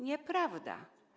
Nieprawda.